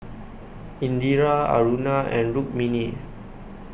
Indira Aruna and Rukmini